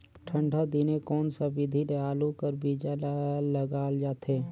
ठंडा दिने कोन सा विधि ले आलू कर बीजा ल लगाल जाथे?